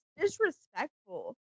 Disrespectful